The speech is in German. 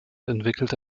entwickelte